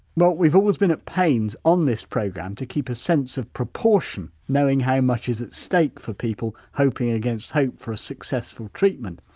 well we've always been at pains on this programme to keep a sense of proportion knowing how much is at stake for people hoping against hope for a successful treatment,